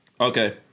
Okay